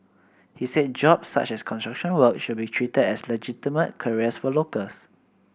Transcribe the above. he said jobs such as construction work should be treated as legitimate careers for locals